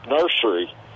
Nursery